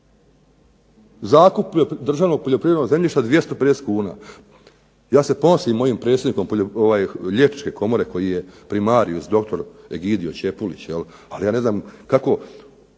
Zakup državnog poljoprivrednog zemljišta 250 kn. Ja se ponosim mojim predsjednikom Liječničke komore koji je primarius doktor Egidio Čepulić. Ali ja ne znam kao